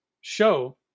show